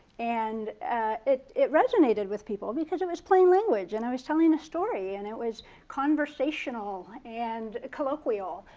and it it resonated with people. because it was plain language and i was telling a story. and it was conversational. and colloquial.